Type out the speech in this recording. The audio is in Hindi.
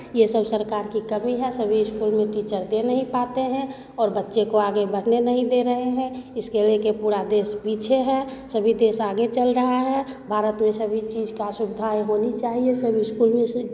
ये सब सरकार की कमी है सभी स्कूल में टीचर दे नहीं पाते हैं और बच्चे को आगे बढ़ने नहीं दे रहे हैं इसके ले कर पूरा देश पीछे है सभी देश आगे चल रहा है भारत में सभी चीज़ का सुविधाएँ होनी चाहिए सब स्कूल में से